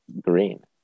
green